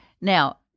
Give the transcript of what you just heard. now